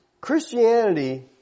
Christianity